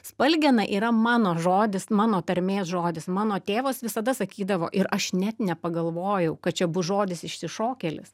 spalgena yra mano žodis mano tarmės žodis mano tėvas visada sakydavo ir aš net nepagalvojau kad čia bus žodis išsišokėlis